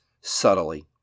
subtly